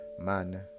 man